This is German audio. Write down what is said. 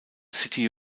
city